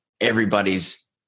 everybody's